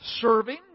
serving